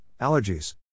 allergies